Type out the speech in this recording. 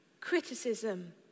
criticism